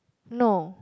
no